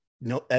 no